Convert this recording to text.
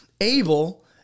Abel